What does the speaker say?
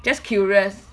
just curious